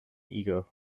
eagle